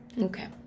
Okay